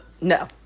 no